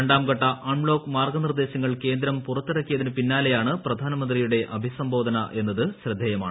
രണ്ടാം ഘട്ട അൺലോക്ക് മാർഗ്ഗനിർദ്ദേശങ്ങൾ കേന്ദ്രം പുറത്തിറക്കിയതിന് പിന്നാലെയാണ് പ്രധാനമന്ത്രിയുടെ അഭിസംബോധന എന്നത് ശ്രദ്ധേയമാണ്